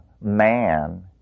man